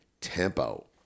tempo